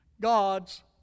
God's